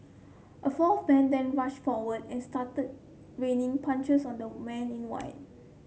a fourth man then rushed forward and started raining punches on the man in white